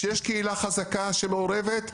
כשיש קהילה חזקה שמעורבת,